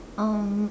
um